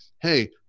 hey